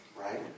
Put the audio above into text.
right